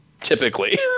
Typically